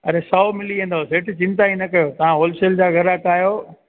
अरे सौ मिली वेंदव सेठ चिंता ई न कयो तव्हां होलसेल जा ग्राहक आहियो